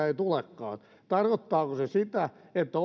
ei ehkä tulekaan tarkoittaako se sitä että